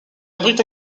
abrite